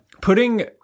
Putting